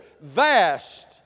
vast